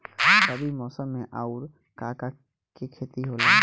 रबी मौसम में आऊर का का के खेती होला?